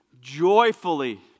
joyfully